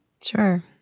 Sure